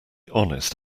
honest